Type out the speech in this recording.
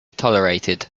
tolerated